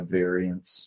variants